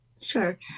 sure